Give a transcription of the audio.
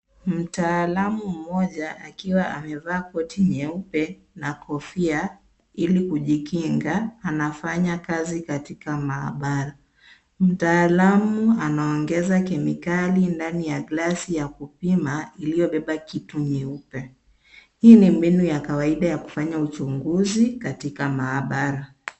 Mtaalamu mmoja akiwa amevaa koti nyeupe na kofia ili kujikinga anafanya kazi katika maabara. Mtaalamu anaongeza kemikali ndani ya glasi ya kupima iliyobeba kitu nyeupe. Hii ni mbinu ya kawaida ya kufanya uchunguzi katika maabara.